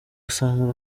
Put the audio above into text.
asanzwe